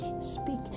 speak